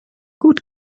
gut